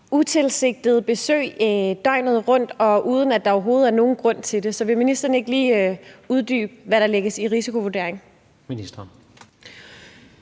utilsigtede besøg døgnet rundt, uden at der overhovedet er nogen grund til det. Så vil ministeren ikke lige uddybe, hvad der ligger i »risikovurdering«?